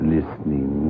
Listening